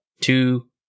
two